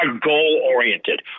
goal-oriented